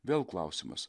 vėl klausimas